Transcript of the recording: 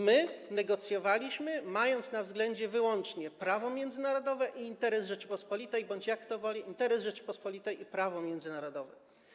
My negocjowaliśmy, mając na względzie wyłącznie prawo międzynarodowe i interes Rzeczypospolitej bądź, jak kto woli, interes Rzeczypospolitej i prawo międzynarodowe.